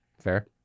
Fair